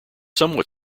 somewhat